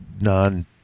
non